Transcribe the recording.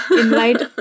invite